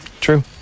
True